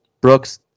Brooks